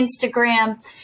Instagram